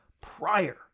prior